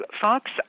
Fox